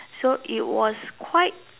so it was quite